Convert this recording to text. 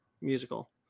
musical